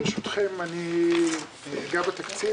ברשותכם, אני אגע בתקציב.